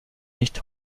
nicht